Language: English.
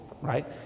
right